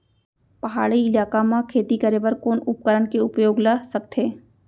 पहाड़ी इलाका म खेती करें बर कोन उपकरण के उपयोग ल सकथे?